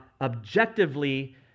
objectively